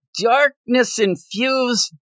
Darkness-infused